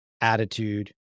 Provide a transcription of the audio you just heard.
attitude